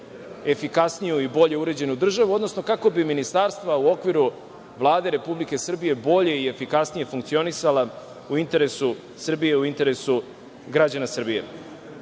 efikasniju i bolje uređenu državu, odnosno kako bi ministarstva u okviru Vlade Republike Srbije bolje i efikasnije funkcionisala u interesu Srbije, u interesu građana